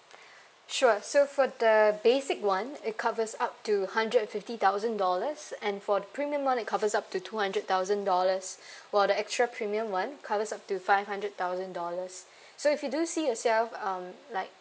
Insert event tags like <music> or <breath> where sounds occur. <breath> sure so for the basic [one] it covers up to hundred and fifty thousand dollars and for the premium [one] it covers up to two hundred thousand dollars <breath> while the extra premium [one] covers up to five hundred thousand dollars <breath> so if you do see yourself um like